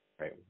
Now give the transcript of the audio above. right